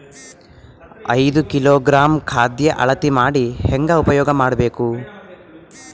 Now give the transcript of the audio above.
ಐದು ಕಿಲೋಗ್ರಾಂ ಖಾದ್ಯ ಅಳತಿ ಮಾಡಿ ಹೇಂಗ ಉಪಯೋಗ ಮಾಡಬೇಕು?